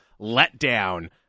letdown